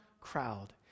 crowd